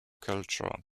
culture